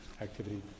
activity